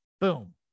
Boom